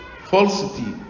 falsity